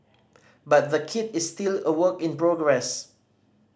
but the kit is still a work in progress